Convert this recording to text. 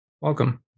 welcome